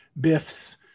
Biff's